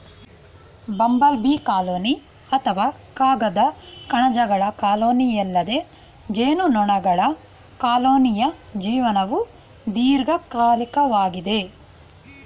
bumble bee colony ಅಥವಾ ಕಾಗದ ಕಣಜಗಳ ಕಾಲೋನಿಯಲ್ಲದೆ ಜೇನುನೊಣಗಳ ಕಾಲೋನಿಯ ಜೀವನವು ದೀರ್ಘಕಾಲಿಕವಾಗಿದೆ